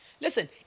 Listen